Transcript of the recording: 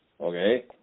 okay